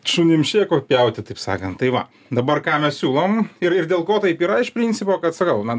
šunim šėko pjauti taip sakant tai va dabar ką mes siūlom ir ir dėl ko taip yra iš principo kad sakau na